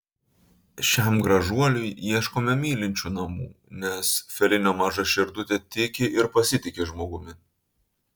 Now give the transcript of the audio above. šiam gražuoliui ieškome mylinčių namų nes felinio maža širdutė tiki ir pasitiki žmogumi